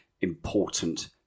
important